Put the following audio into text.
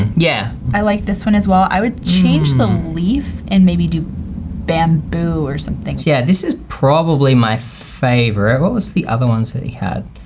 yeah. i like this one as well, i would change the leaf and maybe do bamboo or something. yeah, this is probably my favorite. what was the other ones that he had?